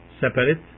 separate